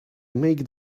make